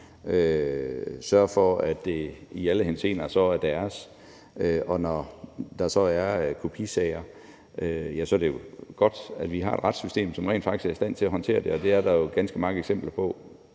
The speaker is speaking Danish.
sørger for, at det i alle henseender så er deres, Og når der så er kopisager, er det jo godt, at vi har et retssystem, som rent faktisk er i stand til at håndtere det, og det er der jo ganske mange eksempler på